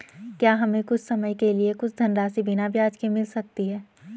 क्या हमें कुछ समय के लिए कुछ धनराशि बिना ब्याज के मिल सकती है?